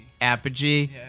Apogee